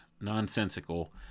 nonsensical